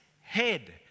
head